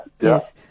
yes